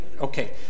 Okay